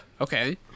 Okay